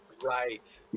Right